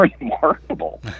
remarkable